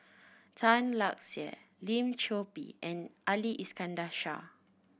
Tan Lark Sye Lim Chor Pee and Ali Iskandar Shah